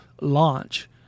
launch